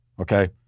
Okay